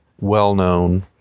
well-known